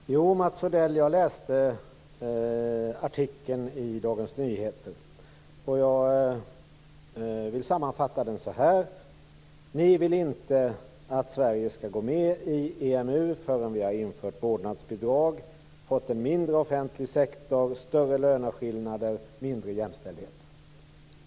Fru talman! Jo, Mats Odell, jag läste artikeln i Dagens Nyheter. Jag vill sammanfatta den så här: Ni vill inte att Sverige skall gå med i EMU förrän vi har infört vårdnadsbidrag, fått en mindre offentlig sektor, större löneskillnader, mindre jämställdhet.